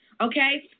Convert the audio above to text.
Okay